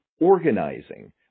organizing